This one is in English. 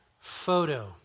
photo